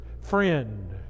friend